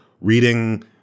reading